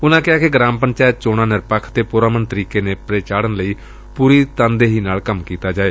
ਉਨੂਾਂ ਕਿਹਾ ਕਿ ਗਰਾਮ ਪੰਚਾਇਤ ਚੋਣਾਂ ਨਿਰਪੱਖ ਅਤੇ ਪੁਰਅਮਨ ਤਰੀਕੇ ਨਾਲ ਨੇਪੜੇ ਚਾੜੁਨ ਲਈ ਪੂਰੀ ਤਨਦੇਹੀ ਨਾਲ ਕੰਮ ਕੀਤਾ ਜਾਏ